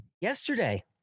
yesterday